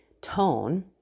tone